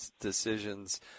decisions